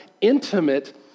intimate